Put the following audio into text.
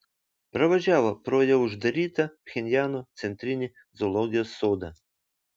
pravažiavo pro jau uždarytą pchenjano centrinį zoologijos sodą